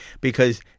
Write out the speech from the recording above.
because-